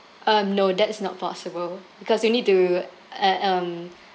um no that's not possible because you need to uh um